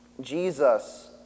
Jesus